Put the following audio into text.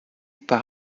par